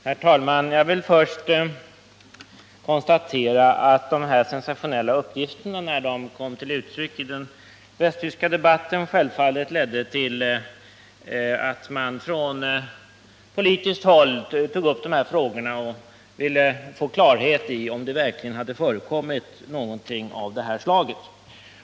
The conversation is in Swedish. Herr talman! Jag vill först konstatera att när de här sensationella uppgifterna först kom fram i den västtyska debatten ledde det självfallet till att man på politiskt håll tog upp dessa frågor för att få klarhet i om någonting av det här slaget verkligen hade förekommit.